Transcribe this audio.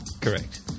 correct